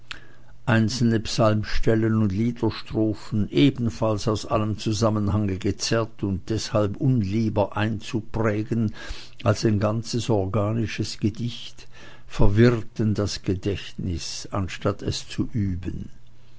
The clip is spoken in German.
einzelne psalmstellen und liederstrophen ebenfalls aus allem zusammenhange gezerrt und deshalb unlieber einzuprägen als ein ganzes organisches gedicht verwirrten das gedächtnis anstatt es zu üben